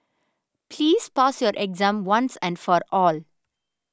please pass your exam once and for all